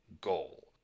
goal